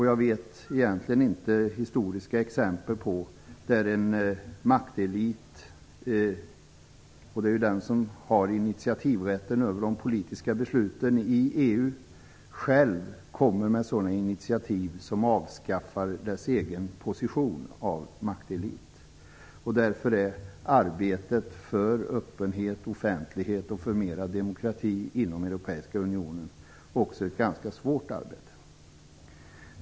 Jag vet egentligen inga historiska exempel på att en maktelit - det är den som har initiativrätten över de politiska besluten i EU - själv kommer med sådana initiativ som avskaffar dess egen position av maktelit. Därför är arbetet för öppenhet, offentlighet och för mera demokrati inom Europeiska unionen också ett ganska svårt arbete.